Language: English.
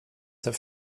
have